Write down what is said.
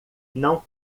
não